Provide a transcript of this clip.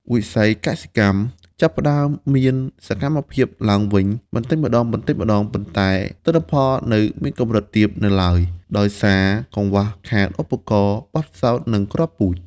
វិស័យកសិកម្មចាប់ផ្ដើមមានសកម្មភាពឡើងវិញបន្តិចម្ដងៗ ប៉ុន្តែទិន្នផលនៅមានកម្រិតទាបនៅឡើយដោយសារកង្វះខាតឧបករណ៍ បទពិសោធន៍ និងគ្រាប់ពូជ។